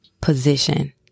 position